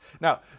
Now